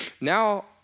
now